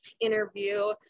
interview